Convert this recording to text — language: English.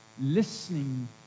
listening